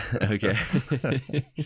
Okay